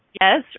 Yes